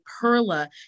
Perla